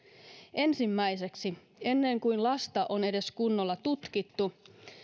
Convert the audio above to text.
ensimmäiseksi ennen kuin lasta on edes kunnolla tutkittu